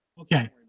Okay